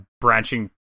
branching